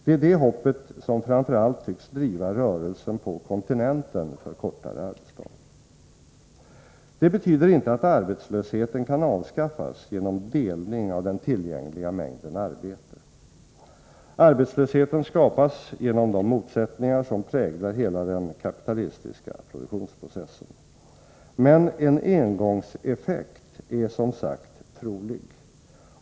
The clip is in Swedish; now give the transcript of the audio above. Det är det hoppet som framför allt tycks driva rörelsen på kontinenten för kortare arbetsdag. Det betyder inte att arbetslösheten kan avskaffas genom delning av den tillgängliga mängden arbete. Arbetslösheten skapas genom de motsättningar som präglar hela den kapitalistiska produktionsprocessen. Men en engångseffekt är som sagt trolig.